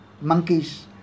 monkeys